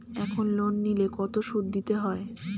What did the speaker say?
এখন লোন নিলে কত সুদ দিতে হয়?